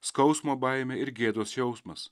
skausmo baimė ir gėdos jausmas